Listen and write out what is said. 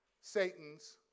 Satan's